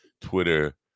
Twitter